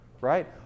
right